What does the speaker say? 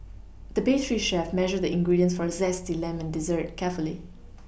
the pastry chef measured the ingredients for a zesty lemon dessert carefully